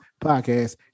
podcast